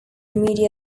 media